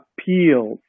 appeals